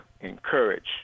encourage